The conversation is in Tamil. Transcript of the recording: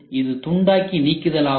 இது துண்டாக்கி நீக்குதல் ஆகும்